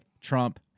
Trump